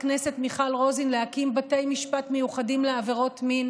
הכנסת מיכל רוזין להקים בתי משפט מיוחדים לעבירות מין